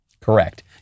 correct